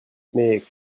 mais